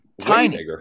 tiny